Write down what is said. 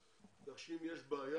כך שאם יש בעיה,